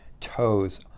toes